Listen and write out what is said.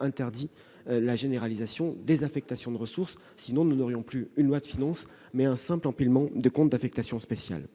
interdit la généralisation des affectations de ressources. Sinon, nous aurions non plus une loi de finances, mais un simple empilement de comptes d'affectation spéciale.